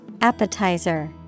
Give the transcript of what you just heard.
Appetizer